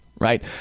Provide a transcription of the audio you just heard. right